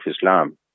Islam